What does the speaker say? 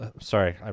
Sorry